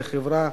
לחברה,